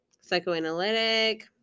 psychoanalytic